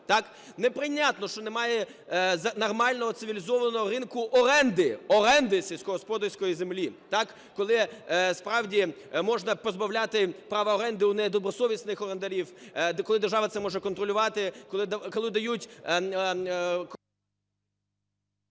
Неприйнятно, що немає нормального цивілізованого ринку оренди, оренди сільськогосподарської землі, коли справді можна позбавляти права оренди у недобросовісних орендарів, коли держава це може контролювати, коли дають…